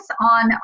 on